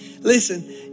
Listen